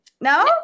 No